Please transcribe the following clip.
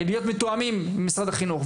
לקיים תיאום בעניין הזה מול משרד החינוך.